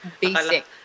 basic